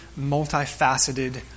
multifaceted